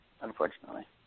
unfortunately